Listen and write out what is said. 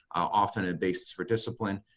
often a basis for discipline.